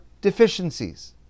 deficiencies